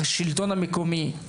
השלטון המקומי,